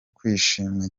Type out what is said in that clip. kwishima